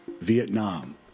Vietnam